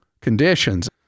conditions